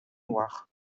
noirs